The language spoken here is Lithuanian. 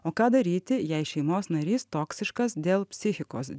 o ką daryti jei šeimos narys toksiškas dėl psichikos